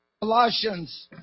Colossians